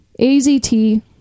AZT